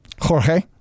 jorge